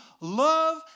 love